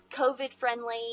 COVID-friendly